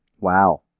Wow